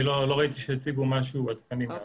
לא ראיתי שהציגו משהו עדני מאז.